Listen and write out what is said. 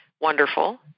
Wonderful